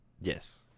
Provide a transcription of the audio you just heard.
Yes